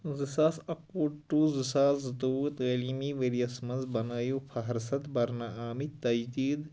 زٕ ساس اَکوُہ ٹُو زٕ ساس زٕتووُہ تعلیٖمی ورۍ یَس مَنٛز بنٲیِو فہرست بھرنہٕ آمِتۍ تجدیٖد